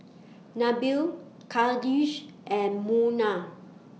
Nabil Khalish and Munah